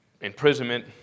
imprisonment